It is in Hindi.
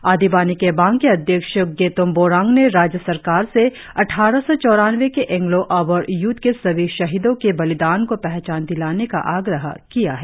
आदि बाने केबांग के अध्यक्ष गेतोम बोरांग ने राज्य सरकार से अद्वारह सौ चौरानवे के एंग्लो अबोर युद्ध के सभी शहीदो के बलिदान को पहचान दिलाने का आग्रह किया है